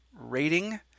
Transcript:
rating